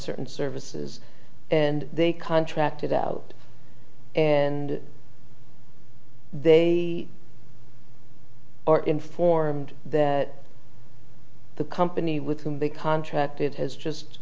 certain services and they contracted out and they are informed that the company with whom they contracted has just